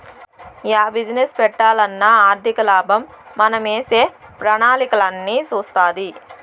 yeah business పెట్టాలన్నా ఆర్థికలాభం మనమేసే ప్రణాళికలన్నీ సూస్తాది